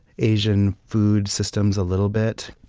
asian food systems a little bit.